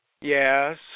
Yes